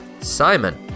Simon